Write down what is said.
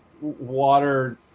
water